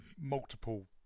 multiple